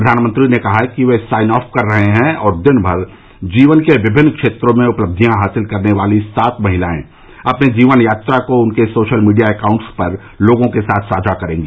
प्रधानमंत्री ने कहा कि वे साइन ऑफ कर रहे हैं और दिन भर जीवन के विभिन्न क्षेत्रों में उपलबियां हासिल करने वाली सात महिलायें अपनी जीवन यात्रा को उनके सोशल मीडिया एकाउंट्स पर लोगों के साथ साझा करेंगी